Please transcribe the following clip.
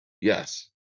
Yes